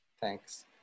Thanks